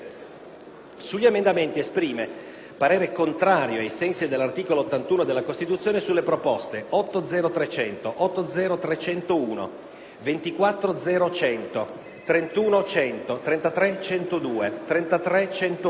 Sugli emendamenti esprime parere contrario, ai sensi dell'articolo 81 della Costituzione, sulle proposte 8.0.300, 8.0.301, 24.0.100, 31.100, 33.102, 33.101